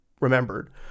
remembered